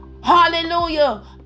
Hallelujah